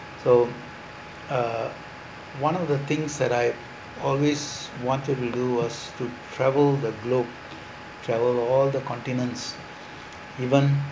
so uh one of the things that I always wanted to do was to travel the globe travel all the continents even